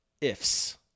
ifs